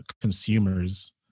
consumers